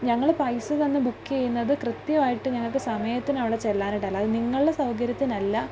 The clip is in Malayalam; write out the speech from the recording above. ഞങ്ങൾ പൈസ തന്ന് ബുക്ക് ചെയ്യുന്നത് കൃത്യമായിട്ട് ഞങ്ങൾക്ക് സമയത്തിന് അവിടെ ചെല്ലാനായിട്ടാണ് അല്ലാതെ നിങ്ങളുടെ സൗകര്യത്തിനല്ല